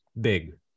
big